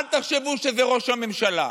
אל תחשבו שזה ראש הממשלה,